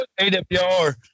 AWR